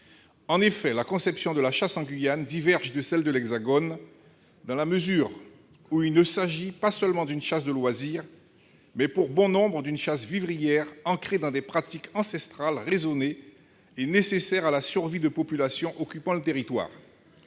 En effet, la conception de la chasse en Guyane diverge de celle de l'Hexagone, dans la mesure où il ne s'agit pas seulement d'une chasse de loisir, mais, pour bon nombre, d'une chasse vivrière, ancrée dans des pratiques ancestrales raisonnées et nécessaires à la survie de populations occupant le territoire.